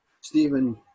Stephen